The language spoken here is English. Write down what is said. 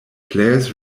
players